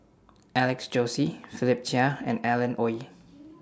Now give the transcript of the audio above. Alex Josey Philip Chia and Alan Oei